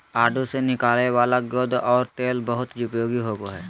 आडू से निकलय वाला गोंद और तेल बहुत उपयोगी होबो हइ